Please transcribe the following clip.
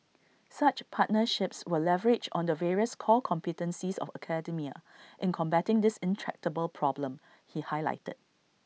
such partnerships will leverage on the various core competencies of academia in combating this intractable problem he highlighted